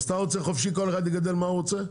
אז אתה רוצה חופשי, כל אחד יגדל מה שהוא רוצה?